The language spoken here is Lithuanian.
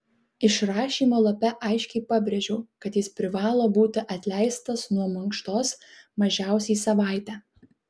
išrašymo lape aiškiai pabrėžiau kad jis privalo būti atleistas nuo mankštos mažiausiai savaitę